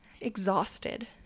exhausted